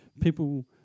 people